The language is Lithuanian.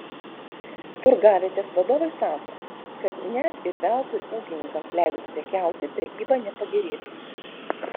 turgavietės vadovai sako kad net ir veltui ūkininkams leidus prekiauti prekyba nepagerėtų